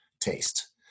taste